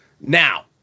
Now